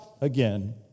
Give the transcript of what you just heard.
again